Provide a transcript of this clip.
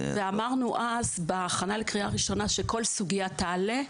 אמרנו בהכנה לקריאה ראשונה שכל סוגיה שתעלה,